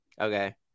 Okay